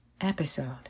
episode